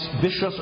vicious